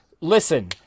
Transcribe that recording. Listen